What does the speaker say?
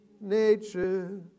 nature